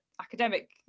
academic